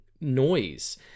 noise